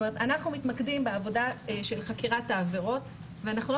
אנחנו מתמקדים בעבודת חקירת העבירות ואנחנו לא